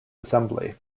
assembly